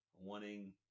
wanting